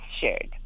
shared